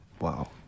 Wow